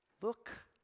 look